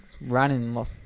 running